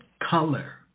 color